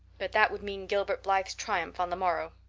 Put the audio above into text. but that would mean gilbert blythe's triumph on the morrow.